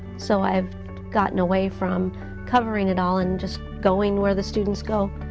so i've gotten away from covering it all and just going where the students go.